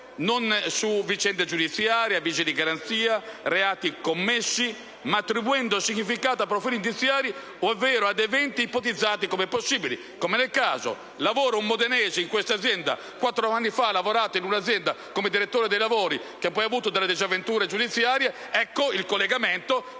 prove, vicende giudiziarie, avvisi di garanzia, reati commessi, ma «attribuendo significato a profili indiziari, ovvero ad eventi ipotizzati come possibili»; come nel caso di un modenese che quattro anni fa ha lavorato in un'azienda come direttore dei lavori che poi ha avuto delle disavventure giudiziarie: ecco il collegamento